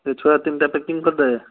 ସେ ଛୁଆ ତିନିଟା ପ୍ୟାକିଂ କରିଦେ